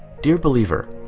dear believer